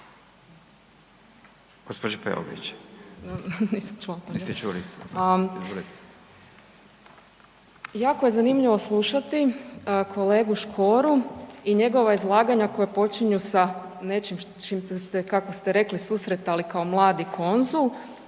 **Peović, Katarina (RF)** Jako je zanimljivo slušati kolegu Škoru i njegova izlaganja koja počinju sa nečim s čim ste rekli kako ste rekli susretali kao mladi konzul,